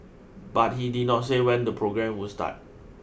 but he did not say when the programme would start